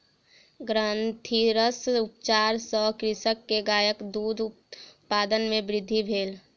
ग्रंथिरस उपचार सॅ कृषक के गायक दूध उत्पादन मे वृद्धि भेल